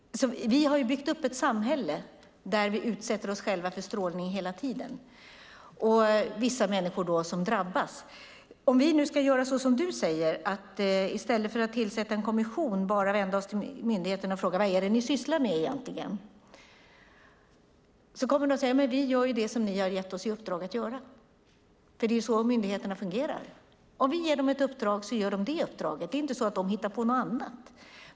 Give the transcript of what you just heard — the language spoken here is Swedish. Vi har byggt upp ett samhälle där vi hela tiden utsätter oss själva för strålning. Det finns vissa människor som drabbas. Du säger att vi nu i stället för att tillsätta en kommission bara ska vända oss till myndigheterna och fråga: Vad är det ni sysslar med egentligen? De kommer att säga: Vi gör det som ni har gett oss i uppdrag att göra. Det är så myndigheterna fungerar. Ger vi dem ett uppdrag så gör de det uppdraget. Det är inte så att de hittar på något annat.